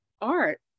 art